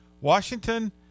Washington